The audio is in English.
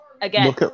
Again